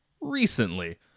recently